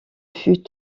fut